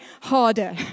harder